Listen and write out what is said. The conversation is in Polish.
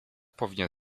powinien